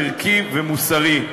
ערכי ומוסרי,